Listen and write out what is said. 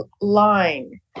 line